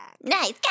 Nice